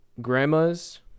grandmas